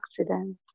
accident